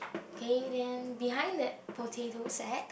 okay then behind that potato sack